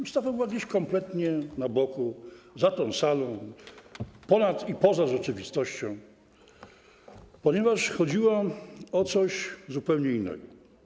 Ustawa była gdzieś kompletnie na boku, za tą salą, ponad i poza rzeczywistością, ponieważ chodziło o coś zupełne innego.